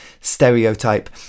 stereotype